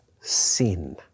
sin